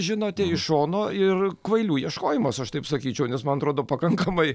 žinote iš šono ir kvailių ieškojimas aš taip sakyčiau nes man atrodo pakankamai